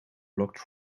blocked